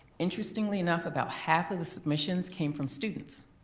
interestingly enough about half of the submissions came from students.